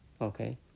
okay